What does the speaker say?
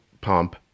pump